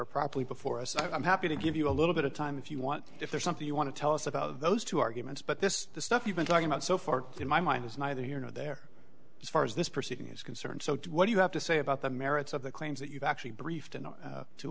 are properly before us i'm happy to give you a little bit of time if you want if there's something you want to tell us about those two arguments but this the stuff you've been talking about so far in my mind is neither here nor there as far as this proceeding is concerned so what do you have to say about the merits of the claims that you've actually